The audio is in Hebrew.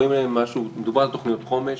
מדובר על תוכניות חומש